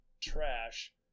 trash